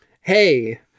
hey